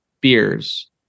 beers